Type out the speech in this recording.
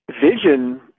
vision